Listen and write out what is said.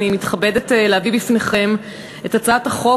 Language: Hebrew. אני מתכבדת להביא בפניכם את הצעת החוק